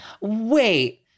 Wait